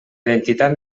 identitat